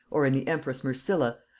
or in the empress mercilla,